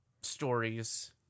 stories